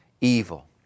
evil